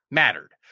mattered